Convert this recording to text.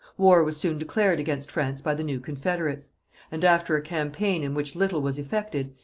war was soon declared against france by the new confederates and after a campaign in which little was effected,